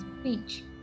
speech